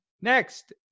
Next